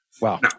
Wow